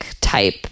type